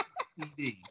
CD